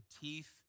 teeth